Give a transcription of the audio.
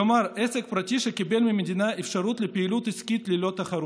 כלומר עסק פרטי שקיבל מהמדינה אפשרות לפעילות עסקית ללא תחרות.